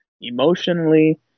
emotionally